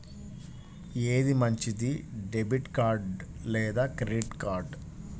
ఏది మంచిది, debit card లేదా క్రెడిట్ కార్డ్?